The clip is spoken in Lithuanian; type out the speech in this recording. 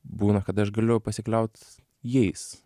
būna kad aš galiu pasikliaut jais